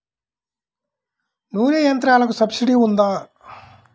నూనె యంత్రాలకు సబ్సిడీ ఉందా?